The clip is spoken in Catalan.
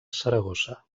saragossa